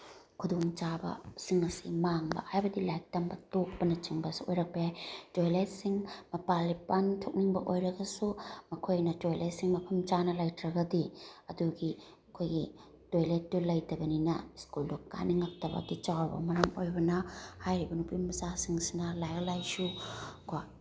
ꯈꯨꯗꯣꯡꯆꯥꯕꯁꯤꯡ ꯑꯁꯤ ꯃꯥꯡꯕ ꯍꯥꯏꯕꯗꯤ ꯂꯥꯏꯔꯤꯛ ꯇꯝꯕ ꯇꯣꯛꯄꯅꯆꯤꯡꯕꯁꯨ ꯑꯣꯏꯔꯛꯄ ꯌꯥꯏ ꯇꯣꯏꯂꯦꯠꯁꯤꯡ ꯃꯄꯥꯜ ꯂꯤꯄꯥꯟ ꯊꯣꯛꯅꯤꯡꯕ ꯑꯣꯏꯔꯒꯁꯨ ꯃꯈꯣꯏꯅ ꯇꯣꯏꯂꯦꯠꯁꯤꯡ ꯃꯐꯝ ꯆꯥꯅ ꯂꯩꯇ꯭ꯔꯒꯗꯤ ꯑꯗꯨꯒꯤ ꯑꯩꯈꯣꯏꯒꯤ ꯇꯣꯏꯂꯦꯠꯇꯣ ꯂꯩꯇꯕꯅꯤꯅ ꯁ꯭ꯀꯨꯜꯗꯣ ꯀꯥꯅꯤꯡꯉꯛꯇꯕꯒꯤ ꯆꯥꯎꯔꯕ ꯃꯔꯝ ꯑꯣꯏꯕꯅ ꯍꯥꯏꯔꯤꯕ ꯅꯨꯄꯤ ꯃꯆꯥꯁꯤꯡꯁꯤꯅ ꯂꯥꯏꯔꯤꯛ ꯂꯥꯏꯁꯨꯀꯣ